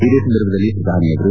ಇದೇ ಸಂದರ್ಭದಲ್ಲಿ ಪ್ರಧಾನಿ ಅವರು